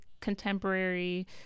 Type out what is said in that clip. contemporary